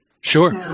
Sure